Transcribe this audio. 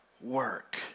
work